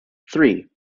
three